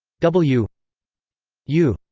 w u,